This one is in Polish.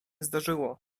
zdarzyło